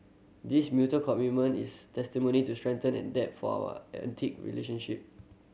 this mutual commitment is testimony to strength and depth for our relationship